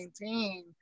maintain